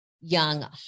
young